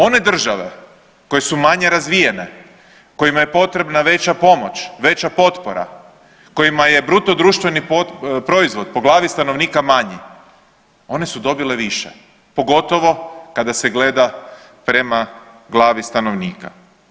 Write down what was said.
One države koje su manje razvijene, kojima je potrebna veća pomoć, veća potpora, kojima je bruto društveni proizvod po glavi stanovnika manji one su dobile više pogotovo kada se gleda prema glavi stanovnika.